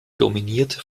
dominierte